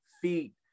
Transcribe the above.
feet